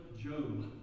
Job